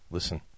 Listen